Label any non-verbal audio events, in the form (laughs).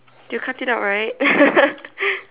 they will cut it out right (laughs)